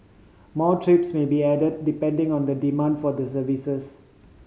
more trips may be added depending on the demand for the services